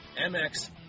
MX